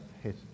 hit